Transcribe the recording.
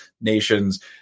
nations